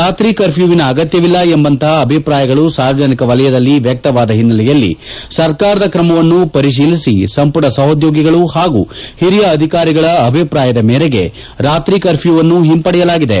ರಾತ್ರಿ ಕರ್ಫ್ಯೂವಿನ ಅಗತ್ಯವಿಲ್ಲ ಎಂಬಂತಪ ಅಭಿಪ್ರಾಯಗಳು ಸಾರ್ವಜನಿಕ ವಲಯದಲ್ಲಿ ವ್ಕಕವಾದ ಓನ್ನೆಲೆಯಲ್ಲಿ ಸರ್ಕಾರದ ತ್ರಮವನ್ನು ಮರುಪರಿಶೀಲಿಸಿ ಸಂಮಟ ಸಹೋದ್ಯೋಗಿಗಳು ಹಾಗೂ ಒರಿಯ ಅಧಿಕಾರಿಗಳ ಅಭಿಪ್ರಾಯದ ಮೇರೆಗೆ ರಾತ್ರಿ ಕರ್ಫ್ಯೂವನ್ನು ಒಂಪಡೆಯಲಾಗಿದೆ